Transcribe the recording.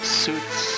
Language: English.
suits